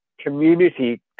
community